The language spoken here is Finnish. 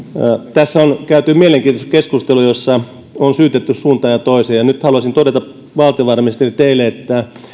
tässä on käyty mielenkiintoista keskustelua jossa on syytetty suuntaan ja toiseen ja nyt haluaisin todeta teille valtiovarainministeri että